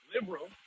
liberal